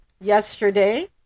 Yesterday